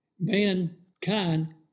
Mankind